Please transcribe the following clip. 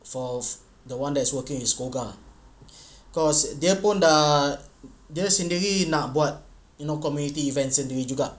falls the one that is working with SCOGA ah cause dia pun dah dia sendiri nak buat community events sendiri juga